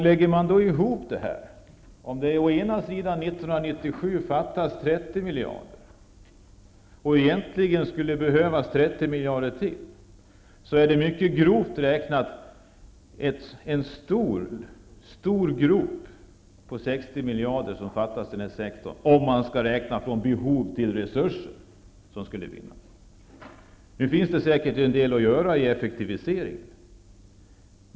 Lägger man ihop detta, kommer det att fattas 30 miljarder år 1997. Egentligen skulle det behövas 30 miljarder till, och det är mycket grovt räknat. Det är en stor grop på 60 miljarder som fattas i denna sektor, om man skall räkna utifrån de behov och de resurser som finns. Nu finns det säkert en del att göra när det gäller effektivisering.